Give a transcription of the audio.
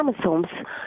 chromosomes